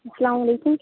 اَلسلامُ علیکُم